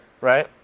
Right